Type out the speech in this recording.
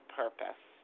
purpose